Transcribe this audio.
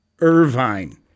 Irvine